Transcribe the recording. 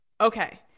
Okay